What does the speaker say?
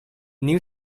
new